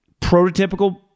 prototypical